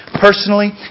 Personally